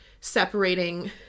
separating